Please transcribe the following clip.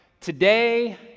Today